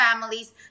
families